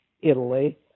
Italy